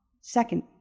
second